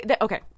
okay